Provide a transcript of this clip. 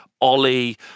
Ollie